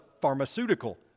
pharmaceutical